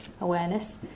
awareness